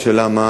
השאלה היא,